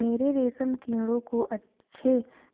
मेरे रेशम कीड़ों को अच्छे